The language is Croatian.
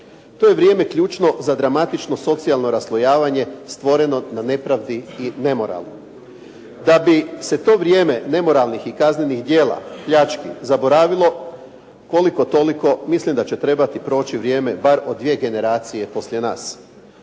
To je vrijeme ključno za dramatično socijalno raslojavanje stvoreno na nepravdi i nemoralu. Da bi se to vrijeme nemoralnih i kaznenih djela pljački zaboravilo koliko toliko mislim da će trebati proći vrijeme bar od dvije generacije poslije nas.